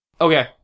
Okay